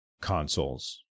consoles